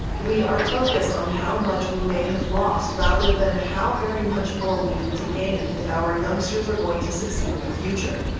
we are focused on how much we may have lost rather than how very much more we need to gain if our youngsters are going to succeed in the future.